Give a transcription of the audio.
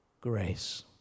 grace